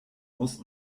muss